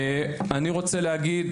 אני רוצה להגיד,